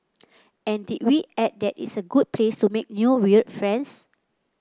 and did we add that it's a good place to make new weird friends